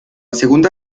segunda